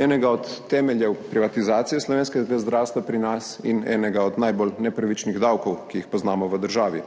enega od temeljev privatizacije slovenskega zdravstva pri nas in enega od najbolj nepravičnih davkov, ki jih poznamo v državi.